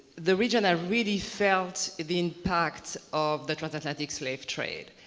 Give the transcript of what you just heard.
the region ah really felt the impact of the transatlantic slave trade.